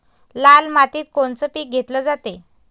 लाल मातीत कोनचं पीक घेतलं जाते?